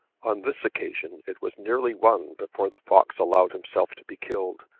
on this occasion it was nearly one before the fox allowed himself to be killed,